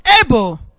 able